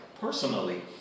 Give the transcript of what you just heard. personally